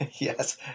Yes